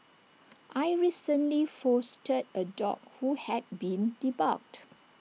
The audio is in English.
I recently fostered A dog who had been debarked